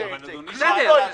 לא יקרה כלום אם לא נדחה את זה.